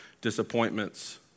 disappointments